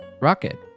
rocket